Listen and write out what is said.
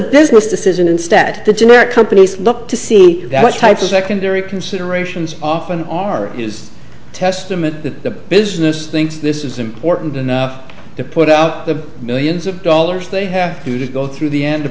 business decision instead the generic companies look to see what types of secondary considerations often are is testament to the business thinks this is important enough to put out the millions of dollars they have to go through the end t